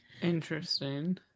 interesting